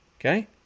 Okay